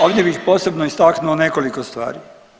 Ovdje bih posebno istaknuo nekoliko stvari.